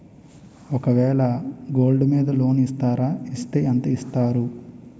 ఒక వేల గోల్డ్ మీద లోన్ ఇస్తారా? ఇస్తే ఎంత ఇస్తారు?